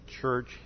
church